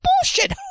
bullshit